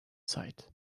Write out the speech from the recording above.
sight